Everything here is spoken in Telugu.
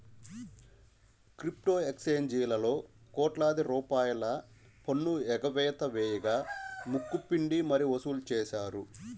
క్రిప్టో ఎక్స్చేంజీలలో కోట్లాది రూపాయల పన్ను ఎగవేత వేయగా ముక్కు పిండి మరీ వసూలు చేశారు